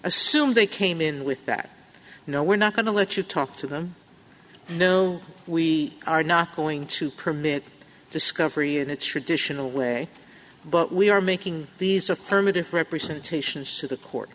assume they came in with that you know we're not going to let you talk to them no we are not going to permit discovery and its traditional way but we are making these affirmative representations to the court